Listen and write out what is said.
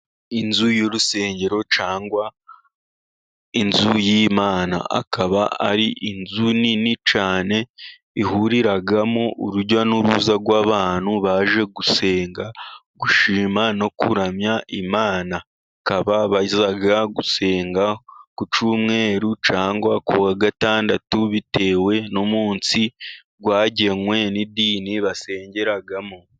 Inzu y'urusengero cyangwa inzu y'Imana. Akaba ari inzu nini cyane ihuriramo urujya n'uruza rw'abantu, baje gusenga, gushima no kuramya Imana. Bakaba bajya gusenga ku Cyumweru cyangwa kuwa Gatandatu, bitewe n'umunsi wagenwe n'idini basengeramo.